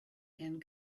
and